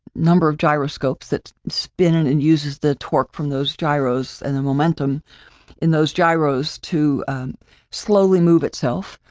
number of gyroscopes, that spin and and uses the torque from those gyros. and then momentum in those gyros to slowly move itself.